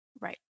right